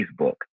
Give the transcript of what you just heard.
Facebook